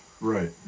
Right